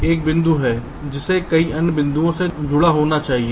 एक बिंदु है जिसे कई अन्य बिंदुओं से जुड़ा होना चाहिए